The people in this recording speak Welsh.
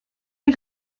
chi